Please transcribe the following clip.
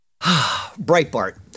Breitbart